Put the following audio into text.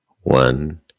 One